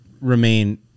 remain